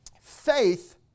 faith